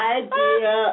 idea